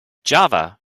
java